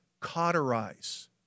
cauterize